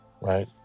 right